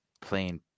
playing